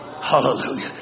Hallelujah